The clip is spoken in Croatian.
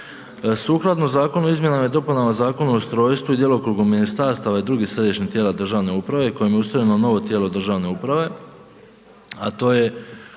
Sukladno zakonu o izmjenama i dopunama Zakona o ustroju i djelokrugu ministarstva i drugih središnjih tijela državne uprave kojim je ustrojeno novo tijelo državne uprave a to je